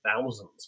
thousands